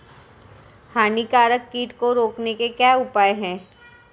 हानिकारक कीट को रोकने के क्या उपाय हैं?